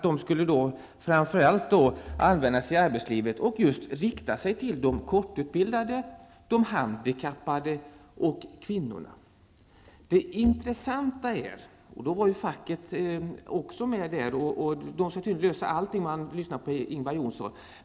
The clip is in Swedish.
De skulle framför allt användas i arbetslivet, och åtgärderna skulle rikta sig just till de kortutbildade, de handikappade och kvinnorna. Facket var också med i det sammanhanget, och det skall tydligen lösa allt enligt Ingvar Johnsson.